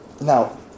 now